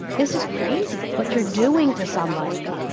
this is crazy what you're doing to somebody,